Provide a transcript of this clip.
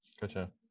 Gotcha